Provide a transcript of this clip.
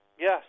Yes